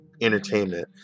entertainment